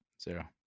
Zero